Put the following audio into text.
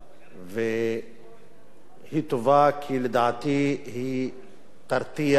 והיא טובה כי לדעתי היא תרתיע, ותגביר את ההרתעה.